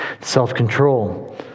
self-control